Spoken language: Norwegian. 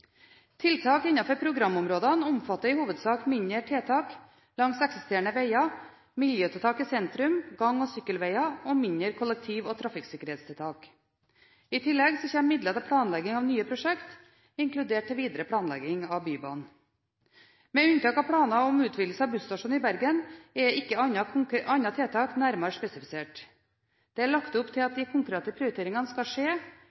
Tiltak innenfor programområdene omfatter i hovedsak mindre tiltak langs eksisterende veger, miljøtiltak i sentrum, gang- og sykkelveger, og mindre kollektiv- og trafikksikkerhetstiltak. I tillegg kommer midler til planlegging av nye prosjekter, inkludert til videre planlegging av Bybanen. Med unntak av planer om utvidelse av Busstasjonen i Bergen er ikke andre tiltak nærmere spesifisert. Det er lagt opp til at de konkrete prioriteringene skal skje